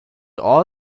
all